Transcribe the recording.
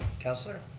councilor?